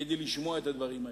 כדי לשמוע את הדברים האלה,